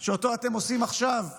שאותו אתם עושים עכשיו בעבירה,